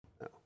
No